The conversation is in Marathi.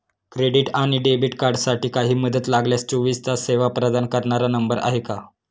क्रेडिट आणि डेबिट कार्डसाठी काही मदत लागल्यास चोवीस तास सेवा प्रदान करणारा नंबर आहे का?